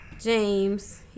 James